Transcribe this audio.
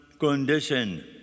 condition